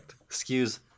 Excuse